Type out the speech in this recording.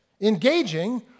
engaging